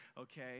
okay